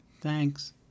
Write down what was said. Thanks